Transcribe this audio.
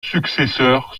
successeur